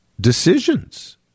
decisions